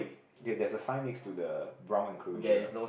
okay there's a sign next to the brown enclosure